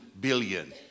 billion